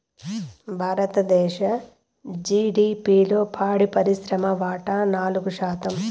భారతదేశ జిడిపిలో పాడి పరిశ్రమ వాటా నాలుగు శాతం